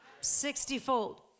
sixtyfold